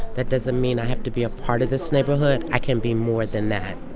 that doesn't mean i have to be a part of this neighborhood. i can be more than that.